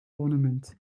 ornament